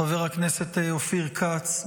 חבר הכנסת אופיר כץ,